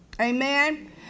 amen